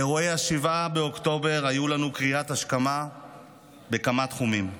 אירועי 7 באוקטובר היו לנו קריאת השכמה בכמה תחומים.